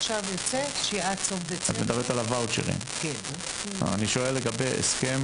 זאת אומרת, ההסכם